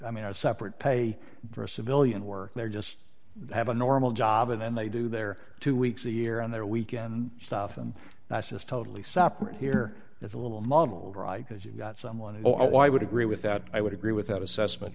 i mean a separate pay for a civilian work there just have a normal job and then they do their two weeks a year on their weekend stuff and that's just totally separate here it's a little muddled right because you've got someone oh i would agree with that i would agree with that assessment